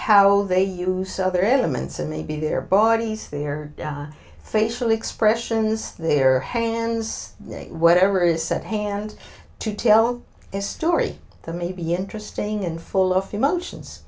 how they use other elements and maybe their bodies their facial expressions their hands whatever is said hand to tell a story that may be interesting and full of emotions